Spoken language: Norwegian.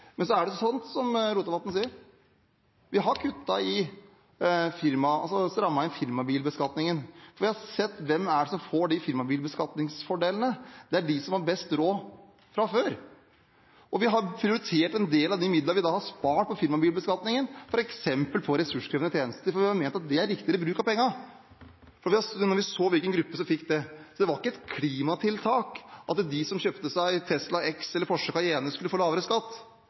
Men det er sant, som Rotevatn sier, at vi har strammet inn på firmabilbeskatningen, for vi har sett på hvem det er som får de firmabilsbeskatningsfordelene, og det er de som har best råd fra før. Vi har prioritert en del av de midlene vi har spart på firmabilbeskatningen, til f.eks. ressurskrevende tjenester. Vi mente – da vi så hvilken gruppe som fikk de fordelene – at det var en riktigere bruk av pengene. Det var ikke et klimatiltak at de som kjøpte seg Tesla X eller Porsche Cayenne, skulle få lavere skatt.